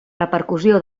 repercussió